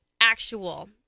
actual